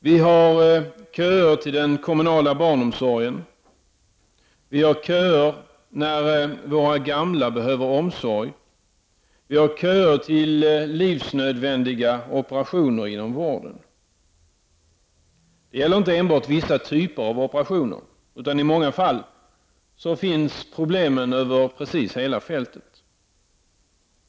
Vi har köer till den kommunala barnomsorgen. Vi har köer när våra gamla behöver omsorg. Vi har köer till livsnödvändiga operationer inom vården. Det gäller inte enbart vissa typer av operationer, utan i många fall finns problemen över hela fältet.